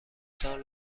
تان